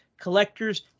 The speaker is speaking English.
Collectors